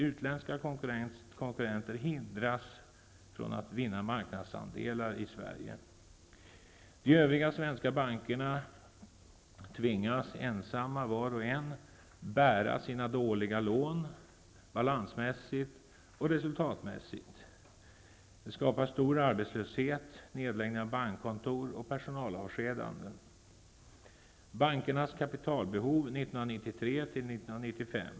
Utländska konkurrenter hindras från att vinna marknadsandelar i Sverige. De övriga svenska bankerna tvingas ensamma var och en att bära sina ''dåliga lån'' balansmässigt och resultatmässigt. Stor arbetslöshet skapas då bankkontor läggs ned. Jag skall säga något om bankernas kapitalbehov 1993--1995.